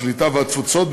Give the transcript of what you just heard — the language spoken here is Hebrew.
הקליטה והתפוצות,